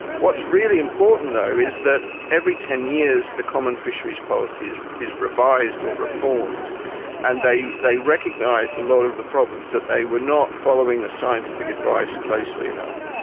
what's really important though is that every ten years the common fisheries policy is is revised or reformed and they they recognised a lot of the problems, that they were not following the scientific advice closely enough,